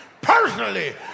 personally